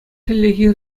хӗллехи